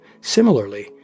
Similarly